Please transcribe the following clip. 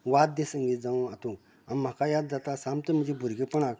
वाद्य संगीत जावूं हातूंत म्हाका याद जाता सामकीं म्हजें भुरगेंपणांत